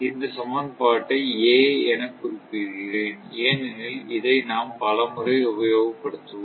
இந்த சமன்பாட்டை என குறிப்பிடுகிறேன் ஏனெனில் இதை நாம் பல முறை உபயோகப் படுத்துவோம்